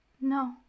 No